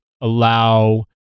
allow